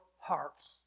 hearts